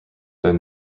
been